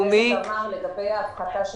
מהביטוח לאומי.